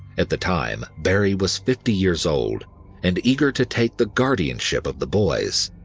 at the time, barrie was fifty years old and eager to take the guardianship of the boys.